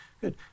Good